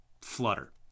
flutter